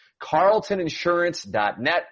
Carltoninsurance.net